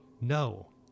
No